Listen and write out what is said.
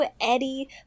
Eddie